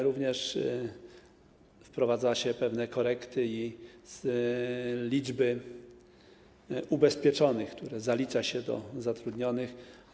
Również wprowadza się pewne korekty i liczby ubezpieczonych, które zalicza się do zatrudnionych.